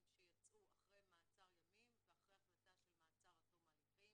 שיצאו אחרי מעצר של ימים ואחרי החלטה של מעצר עד תום ההליכים,